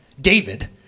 David